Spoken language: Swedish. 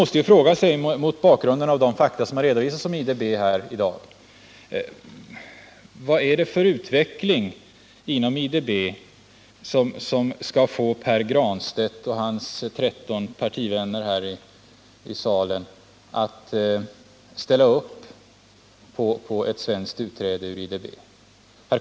Mot bakgrund av de fakta som har redovisats om IDB i dag måste man fråga sig: Vad är det för utveckling inom IDB som skall få Pär Granstedt och hans 13 partivänner här i salen att ställa upp på ett svenskt utträde ur IDB?